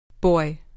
Boy